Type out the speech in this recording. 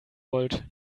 wollt